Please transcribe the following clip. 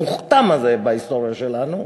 המוכתם הזה בהיסטוריה שלנו.